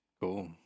Cool